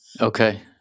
Okay